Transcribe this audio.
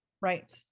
Right